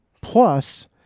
Plus